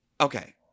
Okay